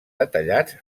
detallats